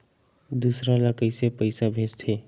दूसरा ला कइसे पईसा भेजथे?